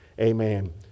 Amen